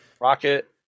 rocket